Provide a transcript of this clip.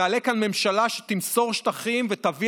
תעלה כאן ממשלה שתמסור שטחים ותביא